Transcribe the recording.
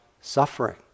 suffering